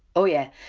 oh yeah.